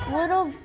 little